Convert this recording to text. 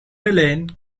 helene